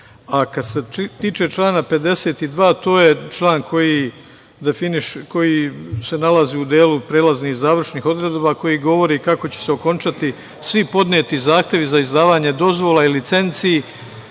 se tiče člana 52. koji se nalazi u delu prelaznih i završnih odredbi koje govore kako će se okončati svi podneti zahtevi za izdavanje dozvola i licenci,